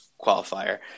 qualifier